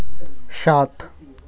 সাত